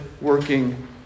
working